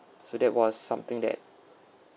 so that was something that